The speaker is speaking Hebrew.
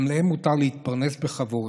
גם להם מותר להתפרנס בכבוד.